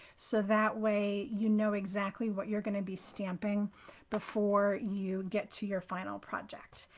so that way, you know exactly what you're going to be stamping before you get to your final project.